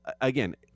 again